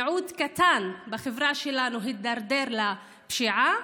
מיעוט קטן בחברה שלנו הידרדר לפשיעה,